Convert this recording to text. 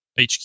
HQ